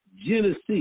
Genesis